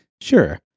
sure